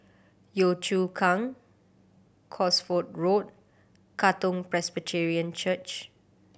Yio Chu Kang Cosford Road Katong Presbyterian Church